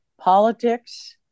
politics